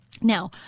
Now